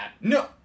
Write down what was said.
No